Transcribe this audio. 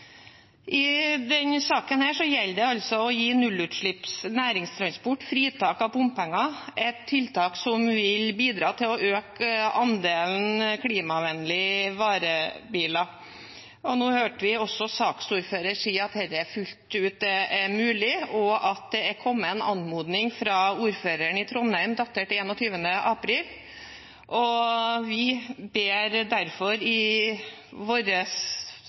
I denne saken gjelder det å gi nullutslipps næringstransport fritak av bompenger, et tiltak som vil bidra til å øke andelen klimavennlige varebiler. Nå hørte vi også saksordføreren si at dette fullt ut er mulig, og at det er kommet en anmodning fra ordføreren i Trondheim, datert 21. april. Vi ber derfor i